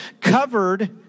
Covered